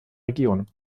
region